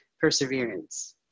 perseverance